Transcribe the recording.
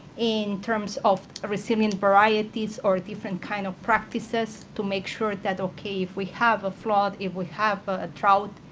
in terms of resilient varieties or different kinds of practices, to make sure that, ok, if we have a flaw, if we have a drought,